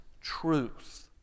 truth